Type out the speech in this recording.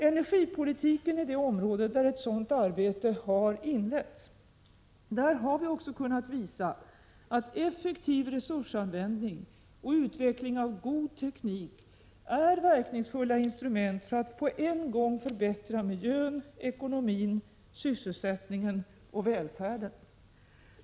Energipolitiken är det område där sådant arbete har inletts. Där har vi också kunnat visa att effektiv resursanvändning och utveckling av god teknik är verkningsfulla instrument för att på en gång förbättra miljön, ekonomin, sysselsättningen och välfärden.